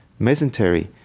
mesentery